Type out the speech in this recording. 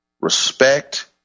respect